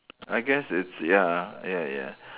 I guess it's ya ya ya